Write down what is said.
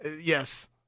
yes